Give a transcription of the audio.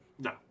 No